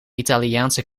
italiaanse